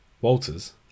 Walters